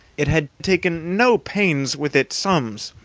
it had taken no pains with its sums.